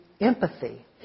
empathy